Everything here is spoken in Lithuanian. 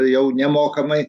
jau nemokamai